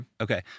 Okay